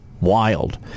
wild